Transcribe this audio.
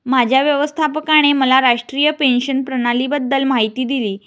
माझ्या व्यवस्थापकाने मला राष्ट्रीय पेन्शन प्रणालीबद्दल माहिती दिली